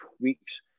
weeks